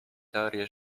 teorię